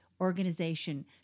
organization